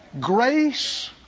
Grace